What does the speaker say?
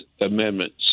amendments